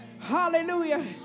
Hallelujah